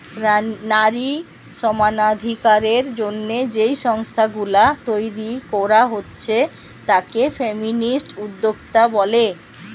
নারী সমানাধিকারের জন্যে যেই সংস্থা গুলা তইরি কোরা হচ্ছে তাকে ফেমিনিস্ট উদ্যোক্তা বলে